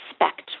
respect